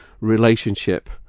relationship